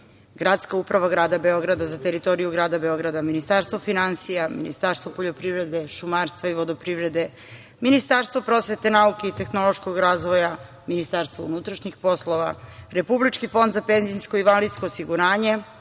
Gradska uprava Grada Beograda za teritoriju Grada Beograda, Ministarstvo finansija, Ministarstvo poljoprivrede, šumarstva i vodoprivrede, Ministarstvo prosvete, nauke i tehnološkog razvoja, MUP, Republički fond za PIO, Republički fond za zdravstveno osiguranje,